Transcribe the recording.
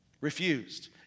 Refused